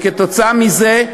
וכתוצאה מזה,